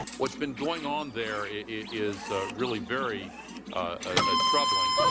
what's been going on there, it is really very ah troubling.